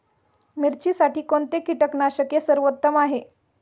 मिरचीसाठी कोणते कीटकनाशके सर्वोत्तम आहे?